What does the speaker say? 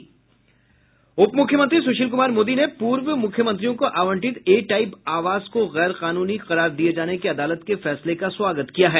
उपमुख्यमंत्री सुशील कुमार मोदी ने पूर्व मुख्यमंत्रियों को आवंटित ए टाईप आवास को गैरकानूनी करार दिये जाने के अदालत के फैसले का स्वागत किया है